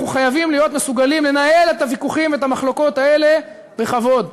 אנחנו חייבים להיות מסוגלים לנהל את הוויכוחים ואת המחלוקות האלה בכבוד.